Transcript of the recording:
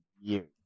years